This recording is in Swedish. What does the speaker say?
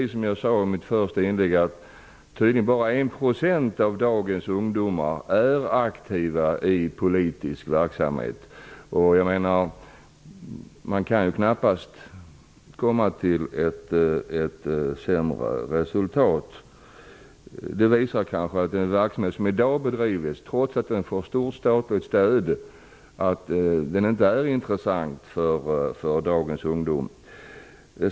Som jag sade i mitt första inlägg är det tydligen ändå bara 1 % av dagens ungdomar som är aktiva i politisk verksamhet. Man kan ju knappast nå ett sämre resultat. Det visar kanske att den verksamhet som i dag bedrivs, trots att den får stort statligt stöd inte är intressant för dagens ungdom.